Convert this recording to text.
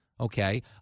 Okay